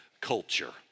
culture